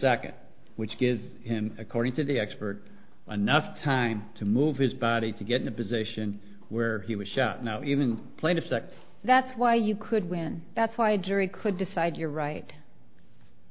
second which gives him according to the expert anough time to move his body to get in a position where he was shot not even plaintiff that that's why you could win that's why a jury could decide you're right